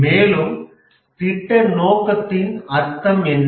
மேலும் திட்ட நோக்கத்தின் அர்த்தம் என்ன